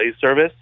service